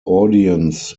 audience